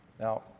Now